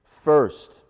First